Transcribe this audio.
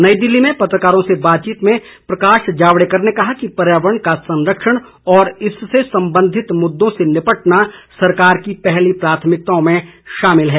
नई दिल्ली में पत्रकारों से बातचीत में प्रकाश जावड़ेकर ने कहा कि पर्यावरण का संरक्षण और इससे संबंधित मुद्दों से निपटना सरकार की पहली प्राथमिकताओं में शामिल है